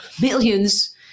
millions